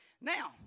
Now